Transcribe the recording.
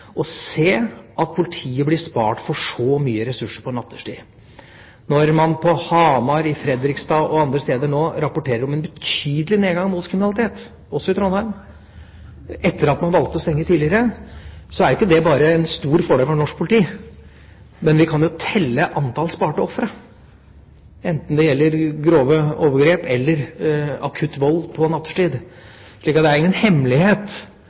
at politiet blir spart for store ressurser på nattetid. Når man på Hamar, i Fredrikstad og andre steder nå – også i Trondheim – rapporterer om en betydelig nedgang i voldskriminalitet etter at man valgte å stenge tidligere, er det ikke bare en stor fordel for norsk politi, vi kan også telle antall sparte ofre, enten det gjelder grove overgrep eller akutt vold på nattetid. Det er ingen hemmelighet